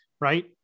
right